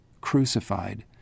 crucified